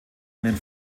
einen